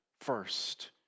first